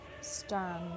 Stand